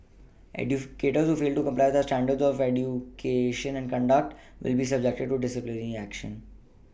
educators who fail to comply with our standards of new cation and conduct discipline will be subjected to disciplinary action